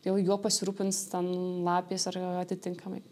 jau juo pasirūpins ten lapės ar atitinkamai